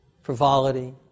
frivolity